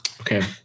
Okay